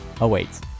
awaits